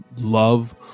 love